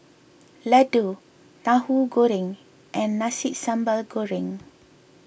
Laddu Tahu Goreng and Nasi Sambal Goreng